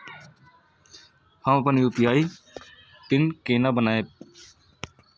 हम अपन UPI PIN केना बनैब?